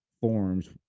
forms